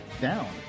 down